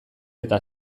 eta